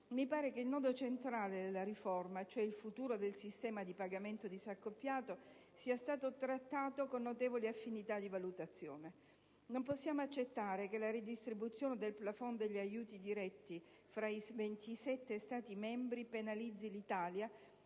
Mi pare che il nodo centrale della riforma, cioè il futuro del sistema di pagamento disaccoppiato, sia stato trattato con notevoli affinità di valutazione. Non possiamo accettare che la redistribuzione del *plafond* degli aiuti diretti fra i 27 Stati membri penalizzi l'Italia,